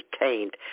retained